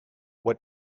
what